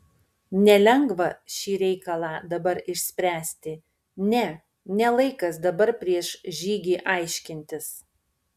nelengva šį reikalą dabar išspręsti ne ne laikas dabar prieš žygį aiškintis